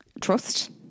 trust